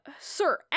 Sir